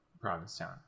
Provincetown